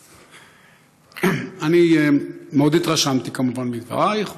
אני מאוד התרשמתי כמובן מדברייך,